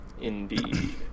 indeed